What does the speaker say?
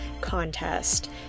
contest